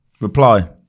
Reply